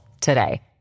today